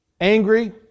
angry